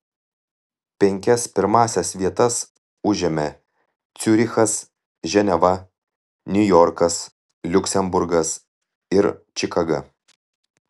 penkias pirmąsias vietas užėmė ciurichas ženeva niujorkas liuksemburgas ir čikaga